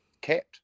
capped